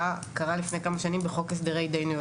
קרה לפני כמה שנים בחוק הסדרי ---.